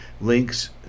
links